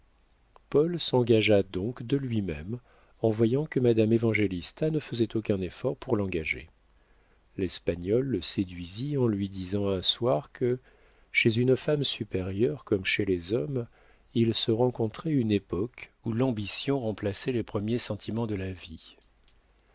paul s'engagea donc de lui-même en voyant que madame évangélista ne faisait aucun effort pour l'engager l'espagnole le séduisit en lui disant un soir que chez une femme supérieure comme chez les hommes il se rencontrait une époque où l'ambition remplaçait les premiers sentiments de la vie